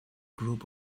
group